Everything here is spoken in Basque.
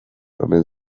omen